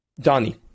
Donnie